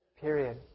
Period